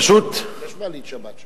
ופשוט, יש מעלית שבת שם.